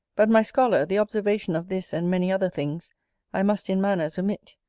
but, my scholar, the observation of this and many other things i must in manners omit,